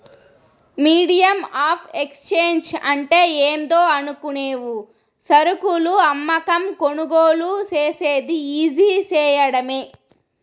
medium of exchange అంటే ఏందో అనుకునేవు సరుకులు అమ్మకం, కొనుగోలు సేసేది ఈజీ సేయడమే